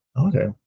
Okay